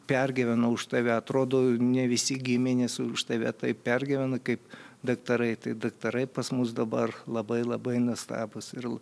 pergyveno už tave atrodo ne visi giminės už tave taip pergyvena kaip daktarai tai daktarai pas mus dabar labai labai nuostabūs ir